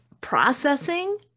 processing